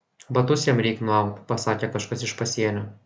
batus jam reik nuaut pasakė kažkas iš pasienio